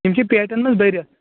یِم چھِ پیٹٮ۪ن منٛز بٔرِتھ